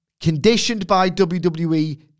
conditioned-by-WWE